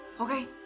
Okay